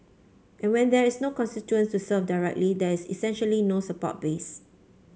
and when there is no constituents to serve directly there is essentially no support base